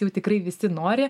jau tikrai visi nori